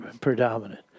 predominant